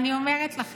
ייקחו את אח